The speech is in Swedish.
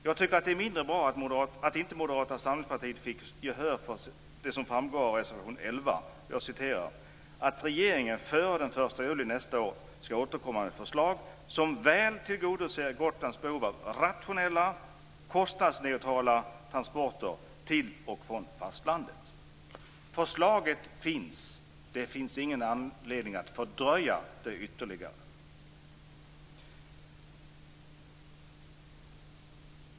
Jag tycker det var mindre bra att Moderata samlingspartiet inte fick gehör för det som behandlas i reservation 11, nämligen "att regeringen före den 1 juli nästa år skall återkomma med ett förslag som väl tillgodoser Gotlands behov av rationella, kostnadsneutrala transporter till och från fastlandet". Förslaget finns - det finns ingen anledning att fördröja detta ytterligare.